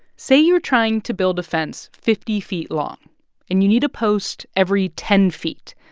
say you're trying to build a fence fifty feet long and you need a post every ten feet.